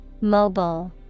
Mobile